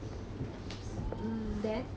mm then